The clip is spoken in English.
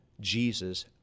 Jesus